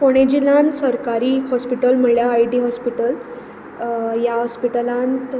फोंडे जिल्हांत हॉस्पिटल म्हणल्यार I D hospital ह्या हॉस्पिटलांत